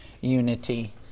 unity